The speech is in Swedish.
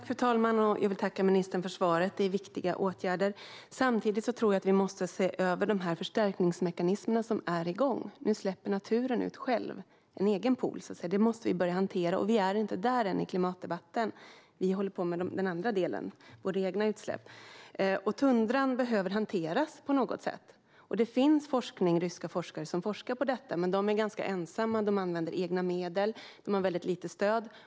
Fru talman! Jag vill tacka ministern för svaret. Det är viktiga åtgärder. Samtidigt tror jag att vi måste se över de förstärkningsmekanismer som är igång. Nu släpper naturen själv ut, ur en egen pool, så att säga. Det måste vi börja hantera, och vi är inte där än i klimatdebatten. Vi håller på med den andra delen - våra egna utsläpp. Tundran behöver hanteras på något sätt. Det finns ryska forskare som forskar på detta, men de är ganska ensamma. De använder egna medel och har väldigt lite stöd.